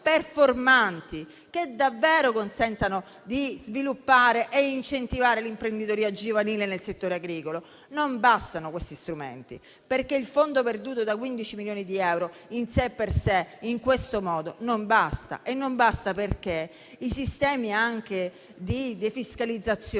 che davvero consentano di sviluppare e incentivare l'imprenditoria giovanile nel settore agricolo. Non bastano questi strumenti, perché il fondo perduto da 15 milioni di euro in sé e per sé in questo modo non basta. E non basta perché i sistemi di defiscalizzazione